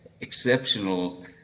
exceptional